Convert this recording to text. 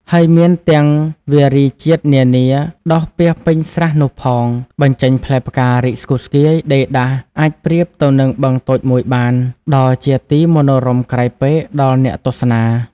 ហើយមានទាំងវារីជាតិនានា ដុះពាសពេញស្រះនោះផង បញ្ចេញផ្លែផ្ការីកស្គុះស្គាយ ដេរដាស អាចប្រៀបទៅនឹងបឹងតូចមួយបាន ដ៏ជាទីមនោរម្យក្រៃពេក ដល់អ្នកទស្សនា ។